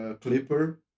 Clipper